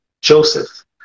joseph